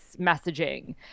messaging